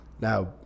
Now